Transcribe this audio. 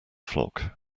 flock